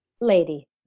Lady